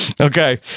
okay